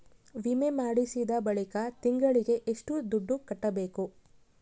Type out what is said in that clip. ವಿಮೆ ಮಾಡಿಸಿದ ಬಳಿಕ ತಿಂಗಳಿಗೆ ಎಷ್ಟು ದುಡ್ಡು ಕಟ್ಟಬೇಕು?